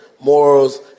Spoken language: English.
Morals